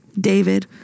David